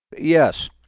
Yes